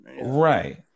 right